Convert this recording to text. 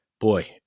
Boy